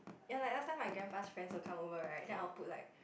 ya like last time my grandpa's friends come over right then I will put like